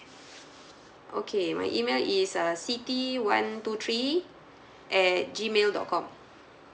okay my email is uh siti one two three at G mail dot com